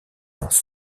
dans